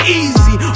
easy